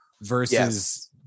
versus